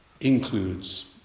includes